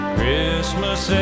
Christmas